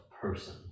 person